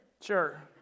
Sure